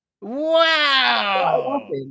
Wow